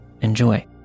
Enjoy